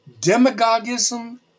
demagogism